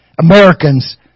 Americans